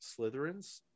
Slytherins